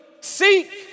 Seek